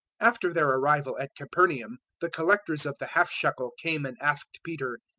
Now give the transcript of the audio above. after their arrival at capernaum the collectors of the half-shekel came and asked peter,